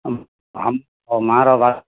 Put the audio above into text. ମାଆର